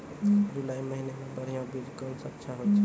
जुलाई महीने मे बढ़िया बीज कौन अच्छा होय छै?